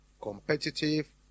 competitive